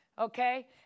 okay